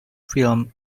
film